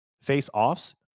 face-offs